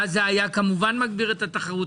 דבר שהיה מגביר את התחרות?